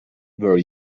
were